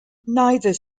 neither